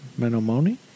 Menomone